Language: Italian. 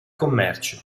commercio